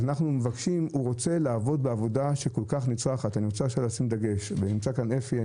הוא רוצה לעבוד בעבודה שכל כך נצרכת ונמצא כאן אפי רוזן,